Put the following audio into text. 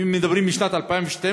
ואם מדברים על שנת 2012,